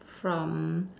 from